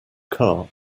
car